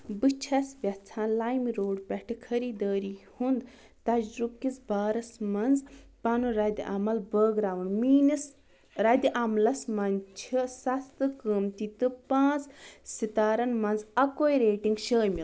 بہٕ چھَس یَژھان لایِمروڈ پٮ۪ٹھٕ خٔریدٲری ہُنٛد تجرُبہٕ کِس بارس منٛز پنُن رَدِ عمل بٲگراوُن میٛٲنِس رَدِ عملس منٛز چھِ سَستہٕ قۭمتی تہٕ پانٛژھ سِتارَن منٛز اَکوے ریٹِنٛگ شٲمل